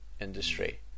industry